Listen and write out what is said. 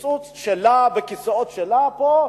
בקיצוץ שלה, בכיסאות שלה פה.